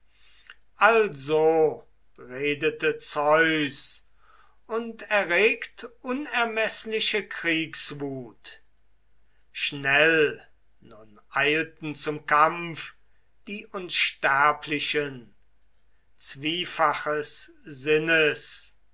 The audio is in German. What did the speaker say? also redete zeus und erregt unermeßliche kriegswut schnell nun eilten zum kampf die unsterblichen zwiefaches sinnes